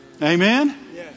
Amen